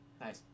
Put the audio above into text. Nice